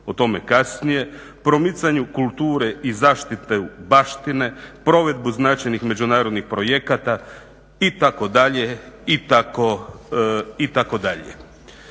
o tome kasnije, promicanju kulture i zaštitu baštine, provedbu značajnih međunarodnih projekata itd. itd.